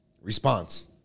response